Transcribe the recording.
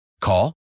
Call